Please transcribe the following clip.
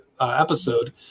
episode